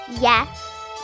Yes